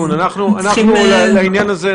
אנחנו צריכים --- לגבי העניין הזה,